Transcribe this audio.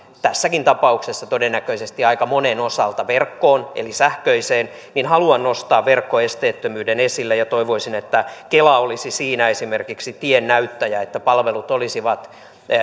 tässäkin tapauksessa todennäköisesti aika monen osalta verkkoon eli sähköiseen niin haluan nostaa verkkoesteettömyyden esille ja toivoisin että kela olisi esimerkiksi siinä tiennäyttäjä että palvelut olisivat